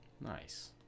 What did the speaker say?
Nice